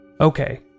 Okay